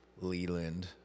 Leland